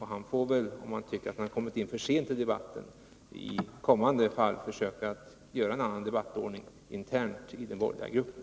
Han får, om han tycker att han kommit in för sent i debatten, i kommande fall försöka att få till stånd en annan debattordning internt i den borgerliga gruppen.